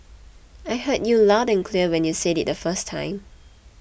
I heard you loud and clear when you said it the first time